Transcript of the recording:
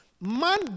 Man